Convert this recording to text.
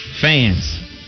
fans